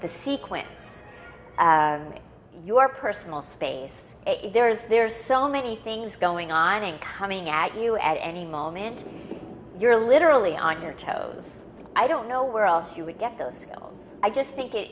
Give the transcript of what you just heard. the sequence your personal space there's there's so many things going on and coming at you at any moment you're literally on your toes i don't know where else you would get those i just think it